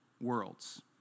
worlds